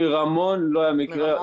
מרמון לא היה מקרה.